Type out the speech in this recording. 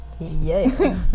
Yay